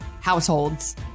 households